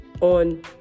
on